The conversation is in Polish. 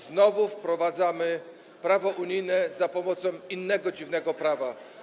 Znowu wprowadzamy prawo unijne za pomocą innego dziwnego prawa.